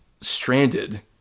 stranded